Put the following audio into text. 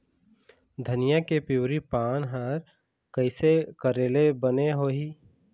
धनिया के पिवरी पान हर कइसे करेले बने होही?